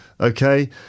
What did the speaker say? Okay